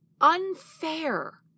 unfair